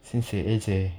sensei